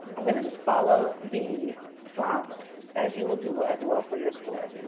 i'm gonna just follow the prompts as you will do as well for your store.